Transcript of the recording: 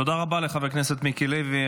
תודה רבה לחבר הכנסת מיקי לוי.